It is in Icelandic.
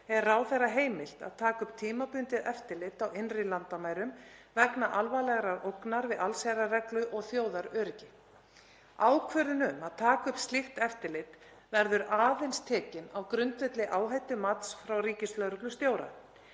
er ráðherra heimilt að taka upp tímabundið eftirlit á innri landamærum vegna alvarlegrar ógnar við allsherjarreglu og þjóðaröryggi. Ákvörðun um að taka upp slíkt eftirlit verður aðeins tekin á grundvelli áhættumats frá ríkislögreglustjóra.